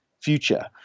future